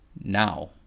now